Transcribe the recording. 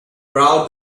proud